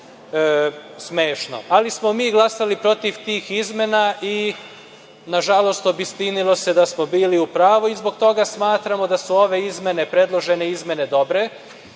ali smo mi glasali protiv tih izmena i, na žalost, obistinilo se da smo bili u pravu i zbog toga smatramo da su ove predložene izmene dobre